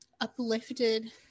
uplifted